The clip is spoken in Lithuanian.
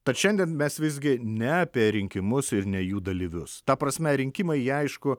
tad šiandien mes visgi ne apie rinkimus ir ne jų dalyvius ta prasme rinkimai jie aišku